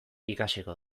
ikasiko